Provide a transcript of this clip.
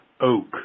oak